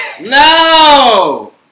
No